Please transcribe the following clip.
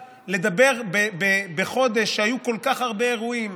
לדבר בחודש שהיו בו כל כך הרבה אירועים,